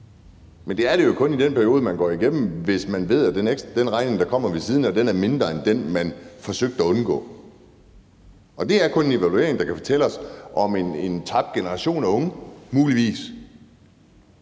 Men det er det jo kun i den periode, man går igennem, hvis man ved, at den regning, der kommer ved siden af, er mindre end den, man forsøgte at undgå. Og det er kun en evaluering, der kan fortælle os, om en tabt generation af unge muligvis